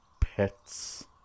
pets